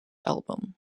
album